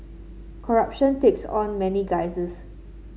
corruption takes on many guises